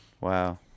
Wow